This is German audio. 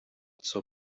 zur